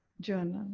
journal